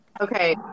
Okay